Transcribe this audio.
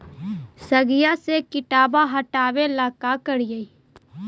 सगिया से किटवा हाटाबेला का कारिये?